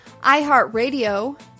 iHeartRadio